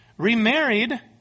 Remarried